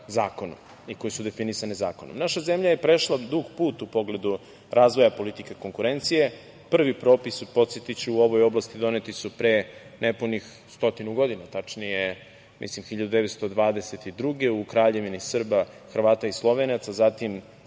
zakonom, koje su definisane zakonom. Naša zemlja je prešla dug puta u pogledu razvoja politike konkurencije. Prvi propisi, podsetiću su u ovoj oblasti doneti su pre nepunih stotinu godina, tačnije mislim 1922. godine u Kraljevini Srba, Hrvata i Slovenaca, zatim